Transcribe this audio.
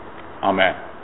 amen